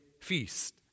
feast